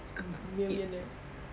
millionaire